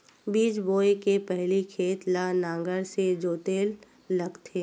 बीज बोय के पहिली खेत ल नांगर से जोतेल लगथे?